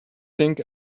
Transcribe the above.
think